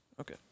Okay